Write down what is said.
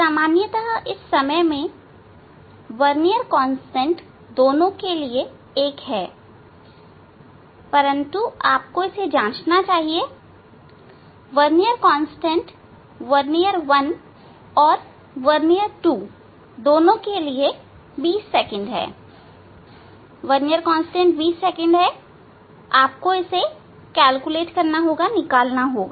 सामान्यतः इस समय में वर्नियर कांस्टेंट दोनों के लिए एक है परंतु आपको इसे जांचना चाहिए वर्नियर कांस्टेंट वर्नियर 1 और वर्नियर 2 दोनों के लिए 20 सेकंड है वर्नियर कांस्टेंट 20 सेकंड है आपको इसे निकालना होगा